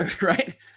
right